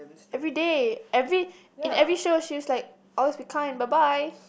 everyday every in every show she was like always be kind bye bye